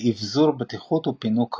ואבזור בטיחות ופינוק רב.